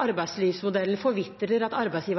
arbeidslivsmodellen forvitrer, at arbeidsgiverne utnytter sine ansatte, er ikke det som er gjengs. Jeg er enig i at